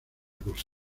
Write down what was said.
cosa